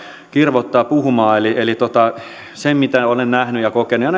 kirvoittaa puhumaan eli eli mitä olen nähnyt ja kokenut ja